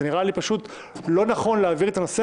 זה נראה לי פשוט לא נכון להעביר את הנושא